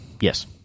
yes